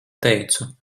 teicu